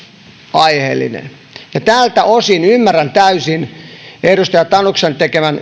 aiheellinen tältä osin ymmärrän täysin edustaja tanuksen tekemän